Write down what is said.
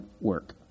work